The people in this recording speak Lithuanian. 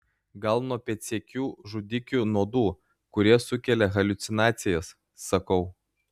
gal nuo pėdsekių žudikių nuodų kurie sukelia haliucinacijas sakau